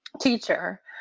teacher